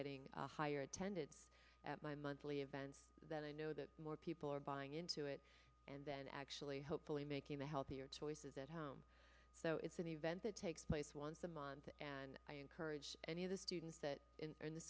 getting higher attendance at my monthly events that i know that more people are buying into it and then actually hopefully making the healthier choices at home so it's an event that takes place once a month and i encourage any of the students that are in the